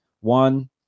one